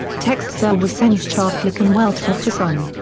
texte zur wissenschaftlichen weltauffassung.